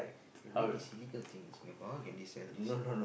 eh weed is illegal thing in Singapore how can they sell this